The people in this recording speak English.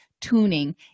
tuning